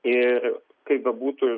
ir kaip bebūtų